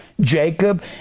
Jacob